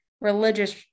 religious